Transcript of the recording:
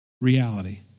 reality